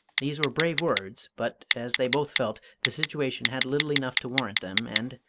these were brave words but, as they both felt, the situation had little enough to warrant them, and,